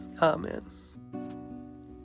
Amen